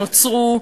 שנוצרו,